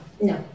No